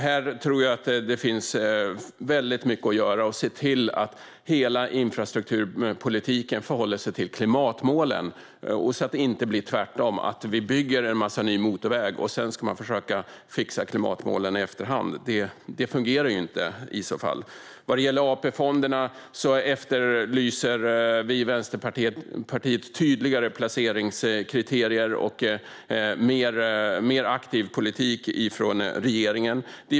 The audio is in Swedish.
Här finns det väldigt mycket att göra för att se till att hela infrastrukturpolitiken förhåller sig till klimatmålen, så att det inte blir tvärtom att vi bygger en massa ny motorväg och i efterhand försöker att fixa klimatmålen. Det fungerar ju inte. När det gäller AP-fonderna efterlyser vi i Vänsterpartiet tydligare placeringskriterier och en mer aktiv politik från regeringen.